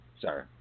sorry